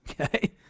okay